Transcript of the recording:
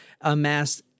amassed